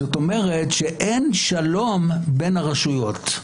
זאת אומרת שאין שלום בין הרשויות.